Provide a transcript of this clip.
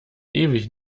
ewig